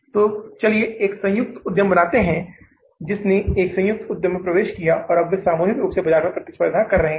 तो चलिए एक संयुक्त उद्यम बनाते हैं जिसने एक संयुक्त उद्यम में प्रवेश किया और अब वे सामूहिक रूप से बाजार में प्रतिस्पर्धा कर रहे हैं